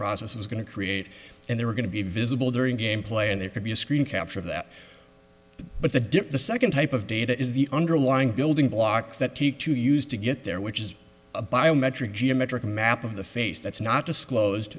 process was going to create and they were going to be visible during gameplay and there could be a screen capture of that but the dip the second type of data is the underlying building block that t two used to get there which is a biometric geometric map of the face that's not disclosed